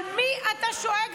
על מי אתה שואג?